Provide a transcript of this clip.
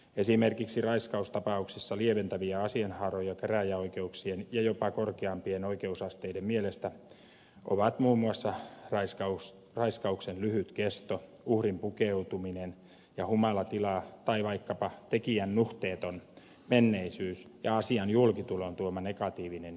esimerkiksi raiskaustapauksissa lieventäviä asianhaaroja käräjäoikeuksien ja jopa korkeampien oikeusasteiden mielestä ovat muun muassa raiskauksen lyhyt kesto uhrin pukeutuminen ja humalatila tai vaikkapa tekijän nuhteeton menneisyys ja asian julkitulon tuoma negatiivinen julkisuus